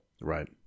right